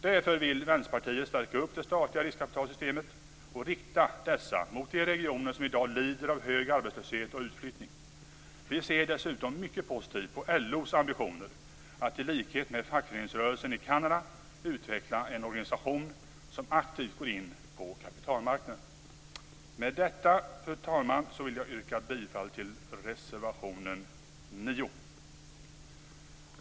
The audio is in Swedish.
Därför vill Vänsterpartiet stärka det statliga riskkapitalsystemet och rikta det mot de regioner som i dag lider av hög arbetslöshet och utflyttning. Vi ser dessutom mycket positivt på LO:s ambitioner att i likhet med fackföreningsrörelsen i Kanada utveckla en organisation som aktivt går in på kapitalmarknaden. Med detta, fru talman, vill jag yrka bifall till reservation 9.